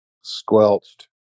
squelched